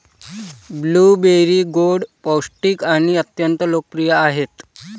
blueberry गोड, पौष्टिक आणि अत्यंत लोकप्रिय आहेत